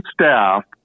staff